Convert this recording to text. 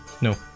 No